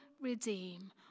redeem